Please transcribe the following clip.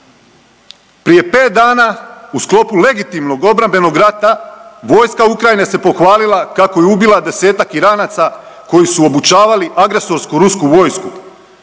Prije 5 dana u sklopu legitimnog obrambenog rata vojska Ukrajine se pohvalila kako je ubila 10-tak Iranaca koji su obučavali agresorsku rusku vojsku.